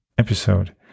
episode